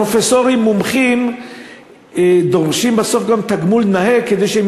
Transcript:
כי אותם פרופסורים מומחים דורשים בסוף גם תגמול נאה כדי שהם